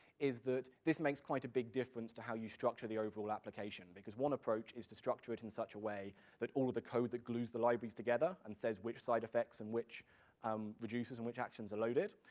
is that, this makes quite a big difference to how you structure the overall application, because one approach is to structure it in such a way that all of the code that glues the libraries together and says which side effects and which um reducers and which actions are loaded,